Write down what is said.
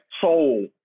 soul